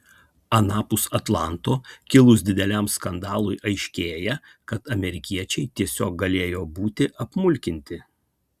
anapus atlanto kilus dideliam skandalui aiškėja kad amerikiečiai tiesiog galėjo būti apmulkinti